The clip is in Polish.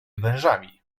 wężami